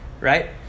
right